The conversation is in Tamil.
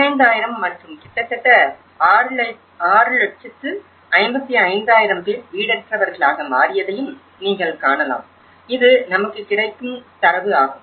15000 மற்றும் கிட்டத்தட்ட 655000 பேர் வீடற்றவர்களாக மாறியதையும் நீங்கள் காணலாம் இது நமக்கு கிடைக்கும் தரவு ஆகும்